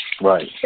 Right